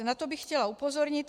Na to bych chtěla upozornit.